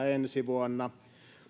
ensi vuonna